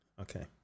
okay